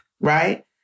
right